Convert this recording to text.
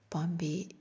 ꯄꯥꯝꯕꯤ